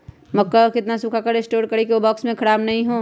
मक्का को कितना सूखा कर स्टोर करें की ओ बॉक्स में ख़राब नहीं हो?